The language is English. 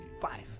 five